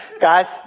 Guys